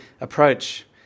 approach